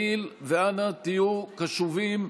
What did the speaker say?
תמר זנדברג ויאיר גולן,